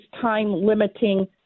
time-limiting